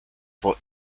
for